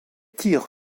tire